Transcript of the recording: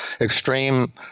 extreme